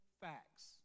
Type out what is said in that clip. facts